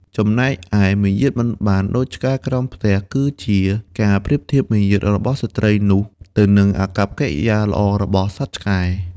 ចំណែកឯ "មាយាទមិនបានដូចឆ្កែក្រោមផ្ទះ" គឺជាការប្រៀបធៀបមារយាទរបស់មនុស្សស្រីនោះ ទៅនឹងអាកប្បកិរិយាល្អរបស់សត្វឆ្កែ។